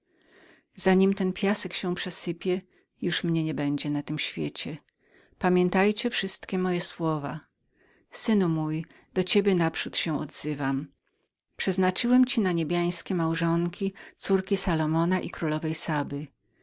zanim ten piasek się przesypie już nie będę na tym świecie pamiętajcie wszystkie moje słowa synu mój do ciebie naprzód się odzywam przeznaczyłem ci niebiańskie małżonki córki salomona i królowej saby